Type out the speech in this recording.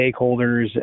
stakeholders